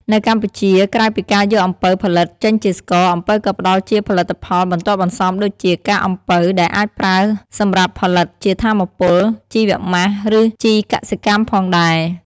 នៅកម្ពុជា ក្រៅពីការយកអំពៅផលិតចេញជាស្ករ អំពៅក៏ផ្ដល់ជាផលិតផលបន្ទាប់បន្សំដូចជា កាកអំពៅ ដែលអាចប្រើសម្រាប់ផលិតជាថាមពល ជីវម៉ាស់ ឬជីកសិកម្មផងដែរ។